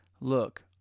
look